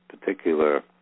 particular